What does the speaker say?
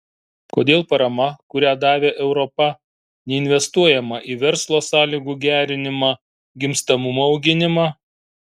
kodėl parama kurią davė europa neinvestuojama į verslo sąlygų gerinimą gimstamumo auginimą